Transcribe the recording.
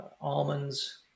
almonds